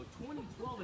2012